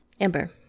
Amber